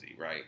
right